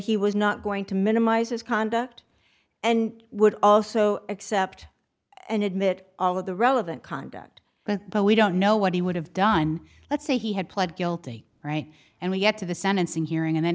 he was not going to minimize his conduct and would also accept and admit all of the relevant conduct but but we don't know what he would have done let's say he had pled guilty right and we get to the sentencing hearing and